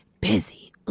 busy